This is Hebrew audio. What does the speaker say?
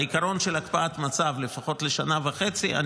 העיקרון של הקפאת מצב לשנה וחצי לפחות,